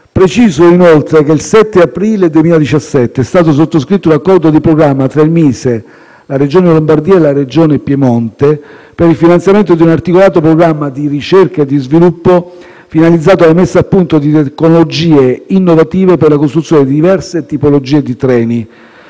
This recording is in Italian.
Preciso inoltre che il 7 aprile 2017 è stato sottoscritto un accordo di programma tra il MISE, la Regione Lombardia e la Regione Piemonte per il finanziamento di un articolato programma di ricerca e di sviluppo finalizzato alla messa a punto di tecnologie innovative per la costruzione di diverse tipologie di treni.